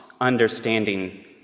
understanding